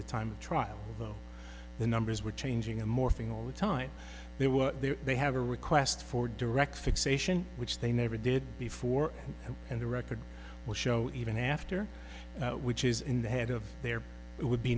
the time trial though the numbers were changing a morphing all the time they were there they have a request for direct fixation which they never did before and the record will show even after which is in the head of their would be